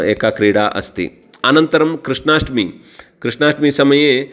एका क्रीडा अस्ति अनन्तरं कृष्णाष्टमी कृष्णाष्टमी समये